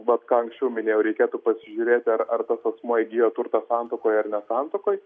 vat ką anksčiau minėjau reikėtų pasižiūrėti ar ar tas asmuo įgijo turtą santuokoje ar ne santuokoj